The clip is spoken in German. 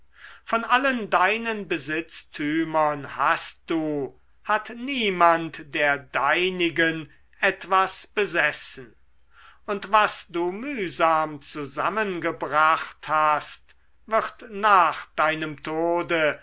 von allen deinen besitztümern hast du hat niemand der deinigen etwas besessen und was du mühsam zusammengebracht hast wird nach deinem tode